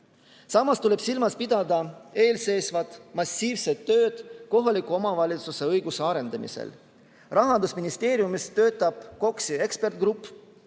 Samas tuleb silmas pidada eelseisvat massiivset tööd kohaliku omavalitsuse õiguse arendamisel. Rahandusministeeriumis töötab KOKS-i ekspertgrupp,